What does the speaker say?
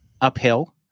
uphill